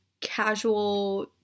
casual